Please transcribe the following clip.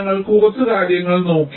ഞങ്ങൾ കുറച്ച് കാര്യങ്ങൾ നോക്കി